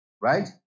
right